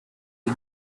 the